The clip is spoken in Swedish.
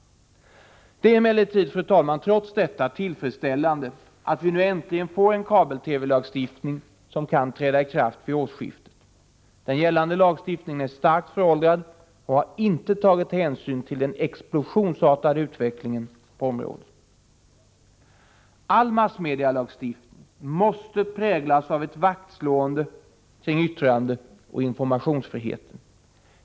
Det är emellertid, fru talman, trots detta tillfredsställande att vi nu äntligen får en kabel-TV-lagstiftning, som kan träda i kraft vid årsskiftet. Den gällande lagstiftningen är starkt föråldrad och har inte tagit hänsyn till den explosionsartade utvecklingen på området. All massmedialagstiftning måste präglas av ett vaktslående kring yttrandeoch informationsfriheten.